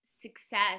success